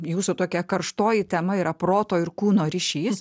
jūsų tokia karštoji tema yra proto ir kūno ryšys